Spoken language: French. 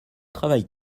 travaille